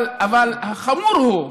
אבל החמור הוא,